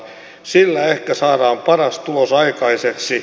sillä ehkä saadaan paras tulos aikaiseksi